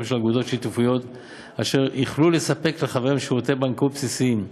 של אגודות שיתופיות אשר יוכלו לספק לחבריהן שירותי בנקאות בסיסיים.